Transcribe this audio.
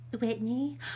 Whitney